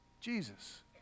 Jesus